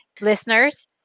listeners